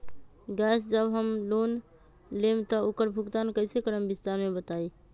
Gas जब हम लोग लेम त उकर भुगतान कइसे करम विस्तार मे बताई?